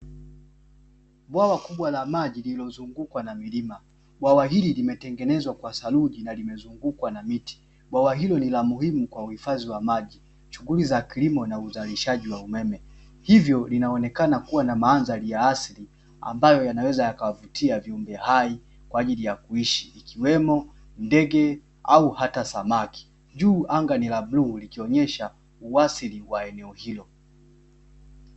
Bwawa kubwa la maji lililozungukwa na milima bwawa hili limetengenezwa kwa saruji na limezungukwa na miti, bwawa hilo ni la muhimu kwa uhifadhi wa maji, shughuli za kilimo na uzalishaji wa umeme hivyo linaonekana kuwa na mandhari ya asili ambayo yanaweza yakawavutia viumbe hai kwa ajili ya kuishi ikiwemo ndege au hata samaki, juu anga ni la bluu likionyesha uasili wa eneo hilo.